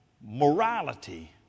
morality